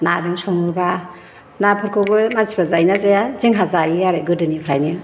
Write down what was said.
नाजों सङोबा नाफोरखौबो मानसिफ्रा जायोना जाया जोंहा जायो आरो गोदोनिफ्रायनो